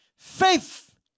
Faith